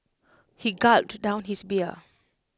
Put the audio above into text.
he gulped down his beer